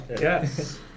Yes